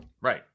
Right